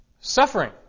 Suffering